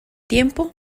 tiempo